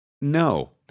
No